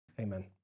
Amen